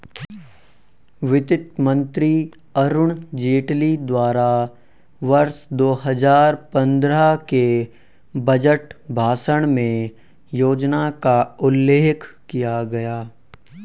वित्त मंत्री अरुण जेटली द्वारा वर्ष दो हजार पन्द्रह के बजट भाषण में योजना का उल्लेख किया गया था